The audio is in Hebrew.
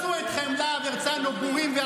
אתם פשוט תקלה בפס הייצור של